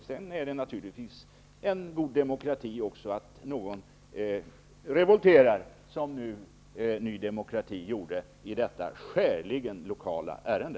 Sedan är det naturligtvis också god demokrati att någon revolterar, som Ny demokrati gjorde i detta skäligen lokala ärende.